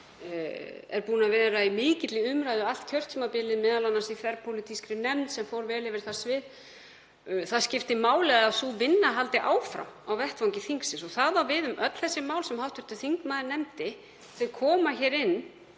er búinn að vera í mikilli umræðu allt kjörtímabilið, m.a. í þverpólitískri nefnd sem fór vel yfir það svið. Það skiptir máli að sú vinna haldi áfram á vettvangi þingsins og það á við um öll þau mál sem hv. þingmaður nefndi. Þau koma hér inn